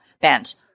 bent